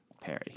Perry